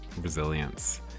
resilience